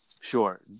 sure